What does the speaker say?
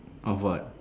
of what